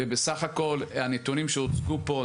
בסך הכל ובהמשך לכל הנתונים שהוצגו פה,